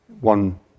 one